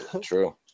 True